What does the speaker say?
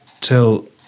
till